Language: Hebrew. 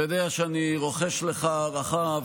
אתה יודע שאני רוחש לך הערכה,